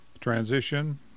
transition